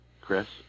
Chris